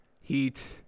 Heat